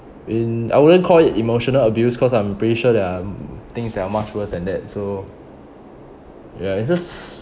in I wouldn't call it emotional abuse cause I'm pretty sure there are mm things that are much worse than that so ya it's just